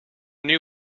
new